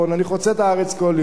אני חוצה את הארץ כל יום,